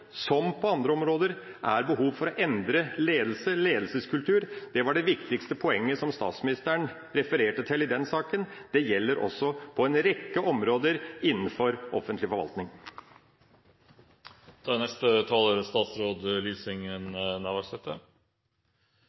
som på andre områder er behov for å endre ledelse og ledelseskultur. Det var det viktigste poenget statsministeren refererte til i den saken. Det gjelder også på en rekke områder innenfor offentlig forvaltning. Eg er